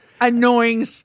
Annoying